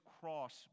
cross